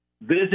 visit